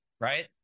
right